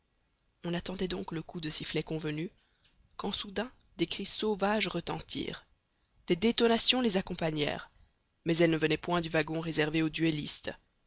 on attendait donc le coup de sifflet convenu quand soudain des cris sauvages retentirent des détonations les accompagnèrent mais elles ne venaient point du wagon réservé aux duellistes